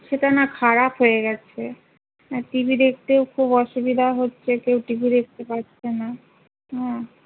সেটা না খারাপ হয়ে গেছে টি ভি দেখতেও খুব অসুবিধা হচ্ছে কেউ টি ভি দেখতে পারছে না হুম